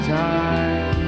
time